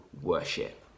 worship